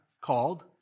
called